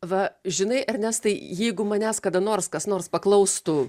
va žinai ernestai jeigu manęs kada nors kas nors paklaustų